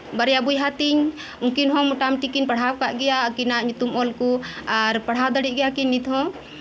ᱤᱧ ᱨᱮᱱ ᱵᱟᱨᱭᱟ ᱵᱚᱭᱦᱟ ᱛᱤᱧ ᱩᱱᱠᱤᱱ ᱦᱚᱸ ᱢᱚᱴᱟᱢᱩᱴᱤ ᱠᱤᱱ ᱯᱟᱲᱦᱟᱣ ᱟᱠᱟᱫ ᱜᱮᱭᱟ ᱟᱠᱤᱱᱟᱜ ᱧᱩᱛᱩᱢ ᱚᱞ ᱠᱚ ᱟᱨ ᱯᱟᱲᱦᱟᱣ ᱫᱟᱲᱮᱭᱟᱜ ᱜᱮᱭᱟ ᱠᱤᱱ ᱱᱤᱛ ᱦᱚᱸ